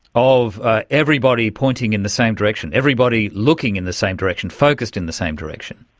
of everybody pointing in the same direction, everybody looking in the same direction, focused in the same direction?